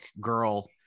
girl